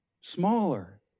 smaller